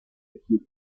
tejidos